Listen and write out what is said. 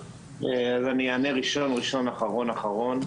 אני אענה ראשון ראשון, אחרון אחרון.